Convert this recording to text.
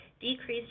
decreased